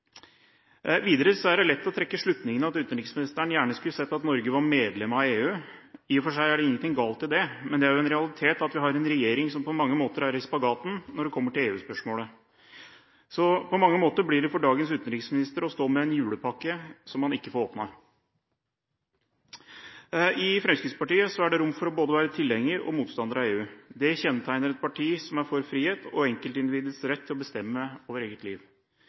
Videre er det lett å trekke slutningen at utenriksministeren gjerne skulle sett at Norge var medlem av EU. Det er i og for seg ikke noe galt i det, men det er jo en realitet at vi har en regjering som på mange måter er i spagaten når det kommer til EU-spørsmålet. For dagens utenriksminister blir det på mange måter som å stå med en julepakke som han ikke får åpnet. I Fremskrittspartiet er det rom for både å være tilhenger og motstander av EU. Det kjennetegner et parti som er for frihet og enkeltindividets rett til å bestemme over eget liv.